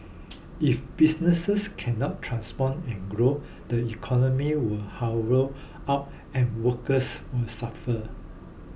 if businesses cannot transform and grow the economy will hollow out and workers will suffer